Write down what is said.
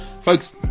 Folks